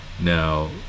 Now